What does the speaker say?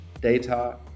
data